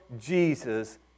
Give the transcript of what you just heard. Jesus